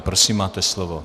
Prosím, máte slovo.